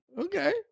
Okay